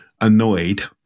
annoyed